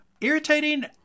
Irritating